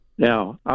Now